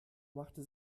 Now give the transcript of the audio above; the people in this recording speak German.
machte